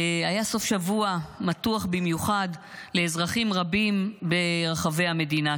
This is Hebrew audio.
היה סוף שבוע מתוח במיוחד לאזרחים רבים ברחבי המדינה,